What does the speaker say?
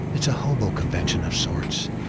it's a hobo convention of sorts,